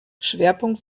schwerpunkt